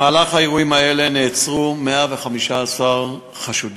במהלך האירועים האלה נעצרו 115 חשודים,